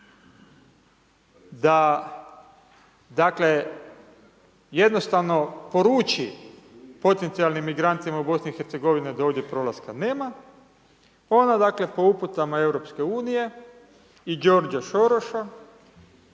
dakle jednostavno poruči potencijalnim migrantima u BiH-a da ovdje prolaska nema, ona dakle po uputama EU i George Soros